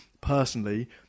personally